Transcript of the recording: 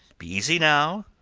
be easy now.